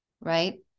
Right